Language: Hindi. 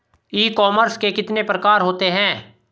ई कॉमर्स के कितने प्रकार होते हैं?